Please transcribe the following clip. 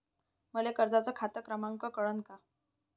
मले कर्जाचा खात क्रमांक कळन का?